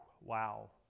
Wow